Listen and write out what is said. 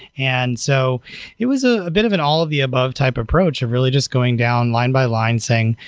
and so it was a bit of an all of the above type approach of really just going down line-by-line saying,